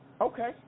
Okay